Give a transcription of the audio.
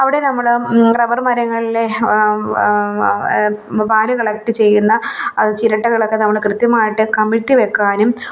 അവിടെ നമ്മള് റബർ മരങ്ങളിലെ പാല് കളക്ട് ചെയ്യുന്ന ചിരട്ടകളൊക്കെ നമ്മള് കൃത്യമായിട്ട് കമിഴ്ത്തിവയ്ക്കാനും